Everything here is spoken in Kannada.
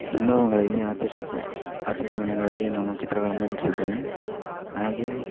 ಸಂಭ್ರಮಗಳಿಗೆ ಆಚರಿಸಿದ್ದೆ ಆಚರಣೆಗಳಿಗೆ ನಾನು ಚಿತ್ರಗಳನ್ನು ಬಿಡಿಸಿದ್ದೇನೆ ಹಾಗೇ